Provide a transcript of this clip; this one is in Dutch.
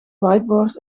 whiteboard